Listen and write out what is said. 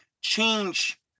change